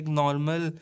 normal